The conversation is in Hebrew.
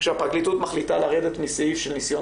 כשהפרקליטות מחליטה לרדת מסעיף של ניסיון